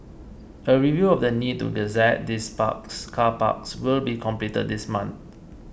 a review of the need to gazette these parks car parks will be completed this month